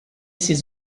ces